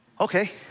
Okay